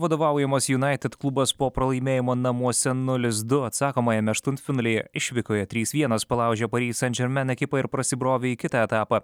vadovaujamas unaited klubas po pralaimėjimo namuose nulis du atsakomajame aštuntfinalyje išvykoje trys vienas palaužė paris sendžermen ekipą ir prasibrovė į kitą etapą